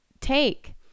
take